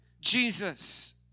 Jesus